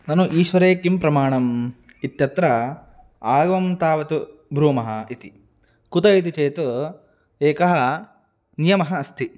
ननु ईश्वरे किं प्रमाणम् इत्यत्र आगमं तावत् ब्रूमः इति कुत इति चेत् एकः नियमः अस्ति